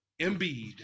Embiid